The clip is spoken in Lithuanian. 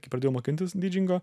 kai pradėjau mokintis didžingo